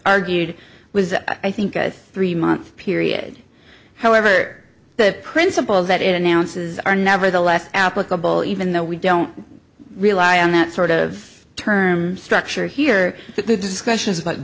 argued was i think three month period however the principle that it announces are nevertheless applicable even though we don't rely on that sort of term structure here but the discussions about